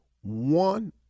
one